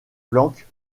planck